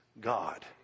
God